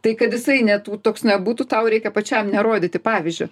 tai kad jisai ne tų toks nebūtų tau reikia pačiam nerodyti pavyzdžio